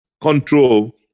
control